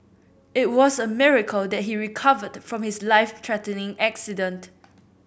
it was a miracle that he recovered from his life threatening accident